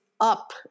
up